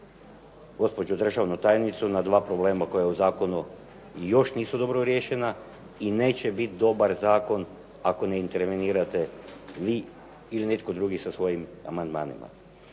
gospođu državnu tajnicu na dva problema koja u Zakonu još nisu dobro riješena i neće biti dobar zakon ako ne intervenirati vi ili netko drugi sa svojim amandmanima.